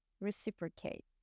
reciprocate